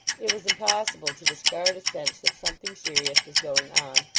it was impossible to discard a sense that something serious was going on,